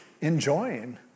enjoying